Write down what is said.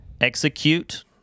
execute